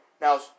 Now